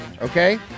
Okay